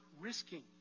risking